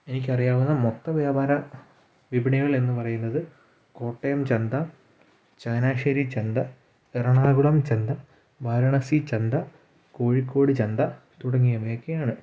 എനിക്കറിയാവുന്ന മൊത്തവ്യാപാര വിപണികൾ എന്നു പറയുന്നത് കോട്ടയം ചന്ത ചങ്ങനാശ്ശേരി ചന്ത എറണാകുളം ചന്ത വാരണാസി ചന്ത കോഴിക്കോട് ചന്ത തുടങ്ങിയവയൊക്കെ ആണ്